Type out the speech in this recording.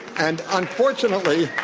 and, unfortunately,